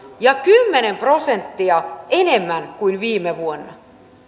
ja kymmenen prosenttia enemmän kuin viime vuonna